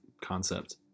concept